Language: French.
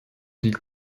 ville